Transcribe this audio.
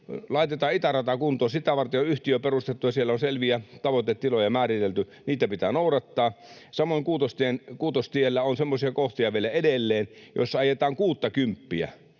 Laitetaan itärata kuntoon. Sitä varten on yhtiö perustettu ja siellä on selviä tavoitetiloja määritelty. Niitä pitää noudattaa. Samoin Kuutostiellä on semmoisia kohtia vielä edelleen, joissa ajetaan kuuttakymppiä.